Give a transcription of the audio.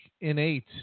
innate